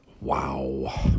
Wow